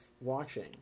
watching